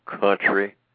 country